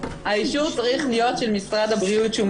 האישור צריך להיות של משרד הבריאות שהוא מקבל את ה